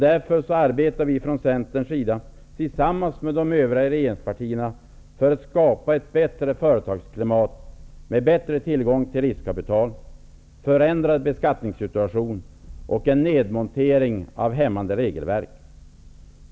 Därför arbetar vi i Centern tillsammans med de övriga regeringspartierna för att skapa ett bättre företagsklimat med bättre tillgång till riskkapital, förändrad beskattningssituation och en nedmontering av hämmande regelverk.